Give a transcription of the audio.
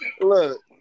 Look